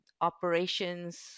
operations